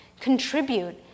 contribute